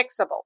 fixable